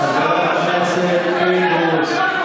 חברים, חבר הכנסת פינדרוס,